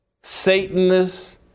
Satanist